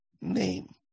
name